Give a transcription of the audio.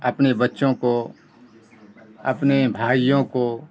اپنے بچوں کو اپنے بھائیوں کو